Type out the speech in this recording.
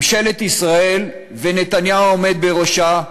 ממשלת ישראל ונתניהו העומד בראשה,